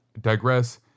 digress